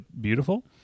beautiful